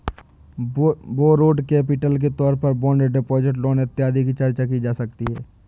borrowed capital के तौर पर बॉन्ड डिपॉजिट लोन इत्यादि की चर्चा की जा सकती है